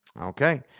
Okay